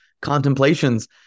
contemplations